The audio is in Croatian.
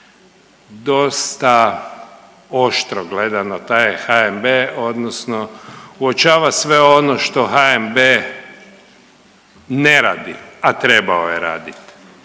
dosta oštro gleda na taj HNB odnosno uočava sve ono što HNB ne radi, a trebao je raditi.